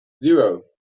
zero